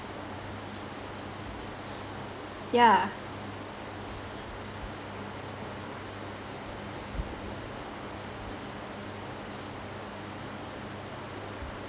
yeah